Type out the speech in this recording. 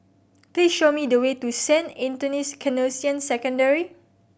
please show me the way to Saint Anthony's Canossian Secondary